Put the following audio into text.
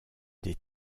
des